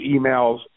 emails